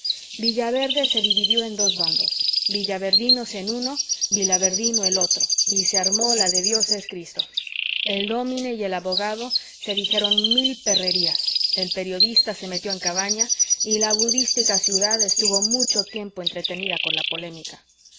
sesiones villaverde se dividió en dos bandos villaverdinos el uno vilaverdino el otro y se armó la de dios es cristo el dómine y el abogado se dijeron mil perrerías el periodista se metió en cabaña y la budística ciudad estuvo mucho tiempo entretenida con la polémica